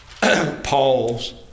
Paul's